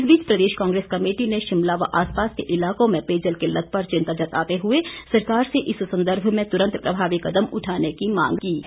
इस बीच प्रदेश कांग्रेस कमेटी ने शिमला व आसपास के इलाकों में पेयजल किल्लत पर चिंता जताते हुए सरकार से इस संदर्भ में तुरंत प्रभावी कदम उठाने की मांग की है